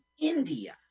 India